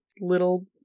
little